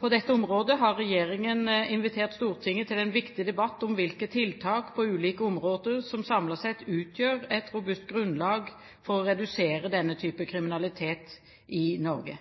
på dette området har regjeringen invitert Stortinget til en viktig debatt om hvilke tiltak på ulike områder som samlet sett utgjør et robust grunnlag for å redusere denne type kriminalitet i Norge.